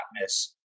miss